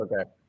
okay